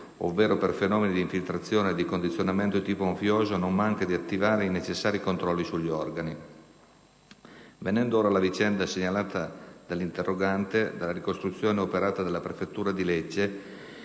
ovvero per fenomeni di infiltrazione e di condizionamento di tipo mafioso, non manca di attivare i necessari controlli sugli organi. Venendo ora alla vicenda segnalata dall'interrogante, dalla ricostruzione operata dalla prefettura di Lecce,